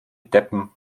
deppen